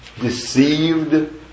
deceived